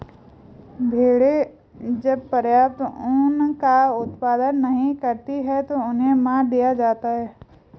भेड़ें जब पर्याप्त ऊन का उत्पादन नहीं करती हैं तो उन्हें मार दिया जाता है